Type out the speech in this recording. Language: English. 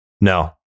No